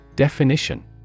Definition